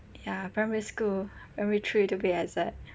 ya primary school primary three to be exact